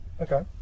okay